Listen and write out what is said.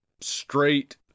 straight